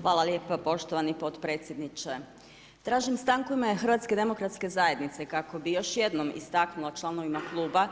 Hvala lijepa poštovani podpredsjedniče, tražim stanku u ime HDZ-a kako bi još jednom istaknula članovima kluba